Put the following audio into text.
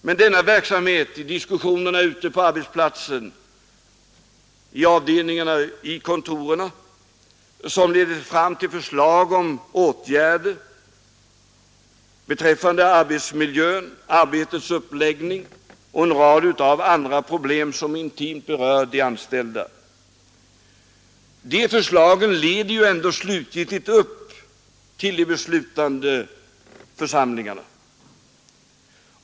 Men den verksamhet det här gäller, alltså diskussionerna ute på arbetsplatsen, i avdelningarna och i kontoren som leder fram till förslag om åtgärder rörande arbetsmiljön, arbetets uppläggning och en rad andra frågor som intimt berör de anställda, leder ändå slutgiltigt upp till de beslutande församlingarna.